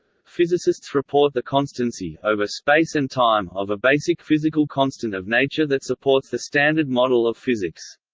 physicists report the constancy, over space and time, of a basic physical constant of nature that supports the standard model of physics.